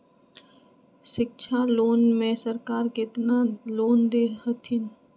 शिक्षा लोन में सरकार केतना लोन दे हथिन?